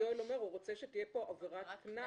שיואל אומר זה שהוא רוצה שתהיה כאן עבירת קנס.